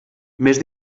més